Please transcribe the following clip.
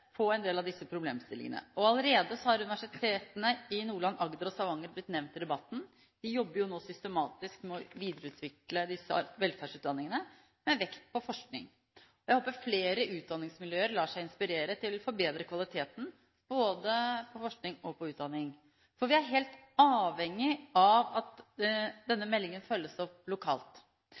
en del av disse problemene. Universitetene i Nordland, Agder og Stavanger har allerede vært nevnt i debatten. De jobber nå systematisk med å videreutvikle disse velferdsutdanningene, med vekt på forskning. Jeg håper flere utdanningsmiljøer lar seg inspirere til å forbedre kvaliteten både på forskning og på utdanning. Vi er helt avhengig av at denne meldingen følges opp lokalt.